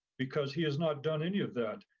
because he has not done any of that.